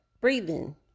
breathing